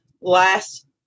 last